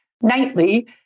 nightly